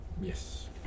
Yes